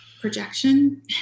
projection